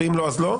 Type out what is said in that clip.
ואם לא אז לא.